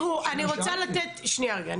שנייה רגע.